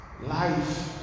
life